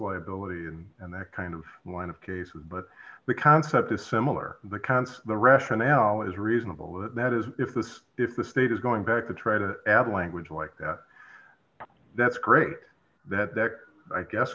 liability and and that kind of line of cases but the concept is similar the counts the rationale is reasonable that that is if this if the state is going back to try to add language like that that's great that i guess